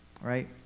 right